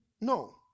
No